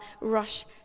rush